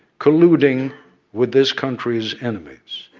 colluding with this country's enemies.